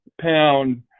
pound